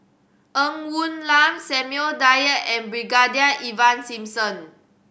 Ng Woon Lam Samuel Dyer and Brigadier Ivan Simson